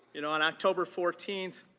you know on october fourteen,